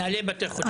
מנהלי בתי החולים.